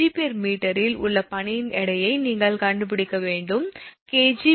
𝐾𝑔𝑚 இல் உள்ள பனியின் எடையை நீங்கள் கண்டுபிடிக்க வேண்டும் b